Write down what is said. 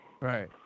right